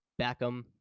Beckham